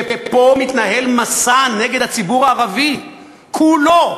ופה מתנהל מסע נגד הציבור הערבי כולו,